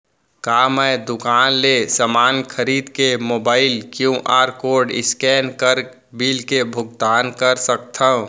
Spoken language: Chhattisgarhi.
का मैं दुकान ले समान खरीद के मोबाइल क्यू.आर कोड स्कैन कर बिल के भुगतान कर सकथव?